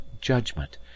judgment